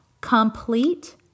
complete